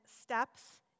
steps